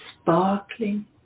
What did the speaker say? sparkling